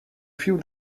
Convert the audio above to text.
few